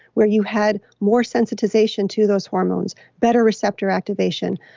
where you had more sensitization to those hormones, better receptor activation,